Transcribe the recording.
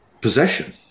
possession